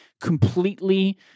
completely